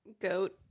Goat